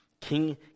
King